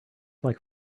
like